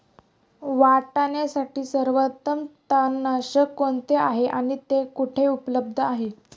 वाटाण्यासाठी सर्वोत्तम तणनाशक कोणते आहे आणि ते कुठे उपलब्ध आहे?